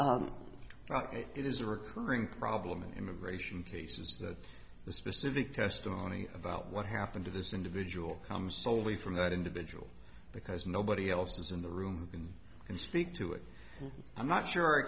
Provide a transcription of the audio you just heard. not it is a recurring problem in immigration cases that the specific testimony about what happened to this individual comes soley from that individual because nobody else is in the room and can speak to it i'm not sure a